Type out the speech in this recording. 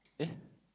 eh